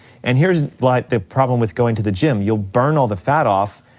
and here's like the problem with going to the gym, you'll burn all the fat off,